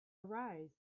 arise